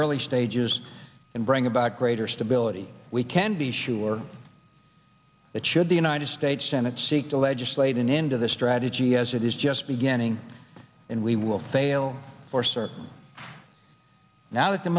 early stages and bring about greater stability we can be sure that should the united states senate seek to legislate an end to the strategy as it is just beginning and we will fail for certain now that the